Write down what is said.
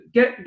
Get